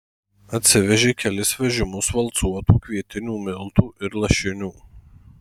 atsivežė kelis vežimus valcuotų kvietinių miltų ir lašinių